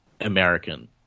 American